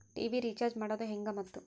TV recharge ಮಾಡೋದು ಹೆಂಗ ಮತ್ತು?